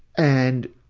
and,